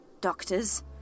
Doctor's